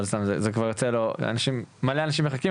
אבל המון אנשים מחכים,